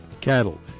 cattle